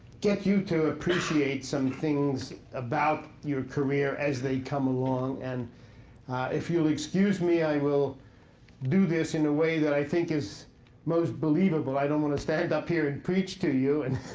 get you to appreciate some things about your career as they come along. and if you'll excuse me, i will do this in a way that i think is most believable. i don't want to stand up here and preach to you and